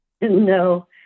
No